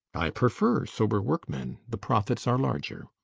i prefer sober workmen. the profits are larger.